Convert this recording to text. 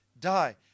die